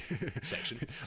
section